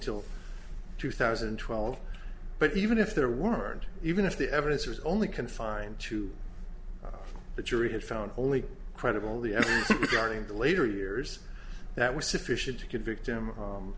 until two thousand and twelve but even if there weren't even if the evidence was only confined to the jury had found only credible the guardian the later years that was sufficient to convict him u